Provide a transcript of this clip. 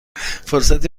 فرصتی